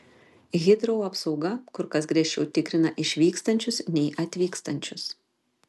hitrou apsauga kur kas griežčiau tikrina išvykstančius nei atvykstančius